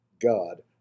God